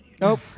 Nope